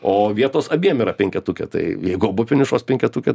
o vietos abiem yra penketuke tai jeigu abu finišuos penketuke